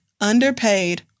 underpaid